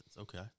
okay